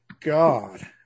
god